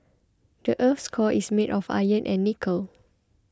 the earth's core is made of iron and nickel